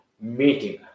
meeting